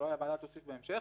הוועדה תוסיף בהמשך,